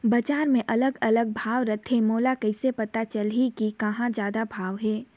बजार मे अलग अलग भाव रथे, मोला कइसे पता चलही कि कहां जादा भाव हे?